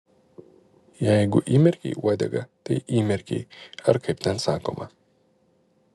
jeigu įmerkei uodegą tai įmerkei ar kaip ten sakoma